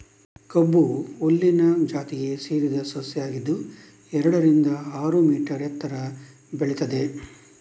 ಕಬ್ಬು ಹುಲ್ಲಿನ ಜಾತಿಗೆ ಸೇರಿದ ಸಸ್ಯ ಆಗಿದ್ದು ಎರಡರಿಂದ ಆರು ಮೀಟರ್ ಎತ್ತರ ಬೆಳೀತದೆ